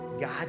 God